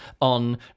on